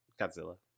godzilla